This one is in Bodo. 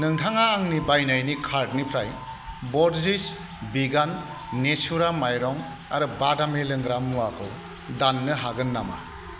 नोंथाङा आंनि बायनायनि कार्डनिफ्राय बरजिस बिगान नेसुरा माइरं आरो बादामनि लोंग्रा मुवाखौ दान्नो हागोन नामा